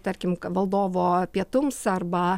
tarkim valdovo pietums arba